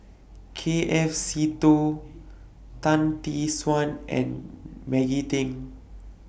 K F Seetoh Tan Tee Suan and Maggie Teng